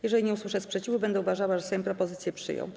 Jeżeli nie usłyszę sprzeciwu, będę uważała, że Sejm propozycję przyjął.